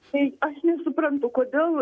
tai aš nesuprantu kodėl